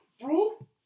Bro